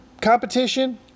competition